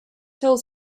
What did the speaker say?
hills